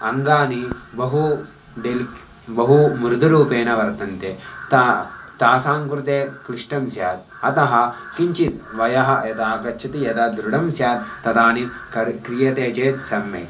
अङ्गानि बहु बहु मृदुरूपेण वर्तन्ते ता तासां कृते क्लिष्टं स्यात् अतः किञ्चित् वयः यदागच्छति यदा दृढं स्यात् तदानीं कर् क्रियते चेत् सम्यक्